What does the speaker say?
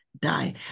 die